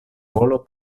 volon